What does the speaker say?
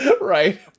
Right